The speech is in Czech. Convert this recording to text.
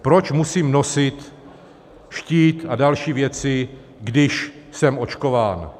Proč musím nosit štít a další věci, když jsem očkován?